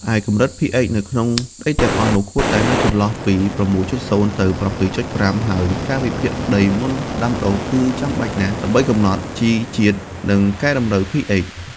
ឯកម្រិត pH នៅក្នុងដីទាំងនោះគួរតែនៅចន្លោះពី ៦.០ ទៅ ៧.៥ ហើយការវិភាគដីមុនដាំដុះគឺចាំបាច់ណាស់ ដើម្បីកំណត់ជីជាតិ និងកែតម្រូវ pH ។